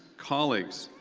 colleagues,